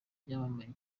ryamamaye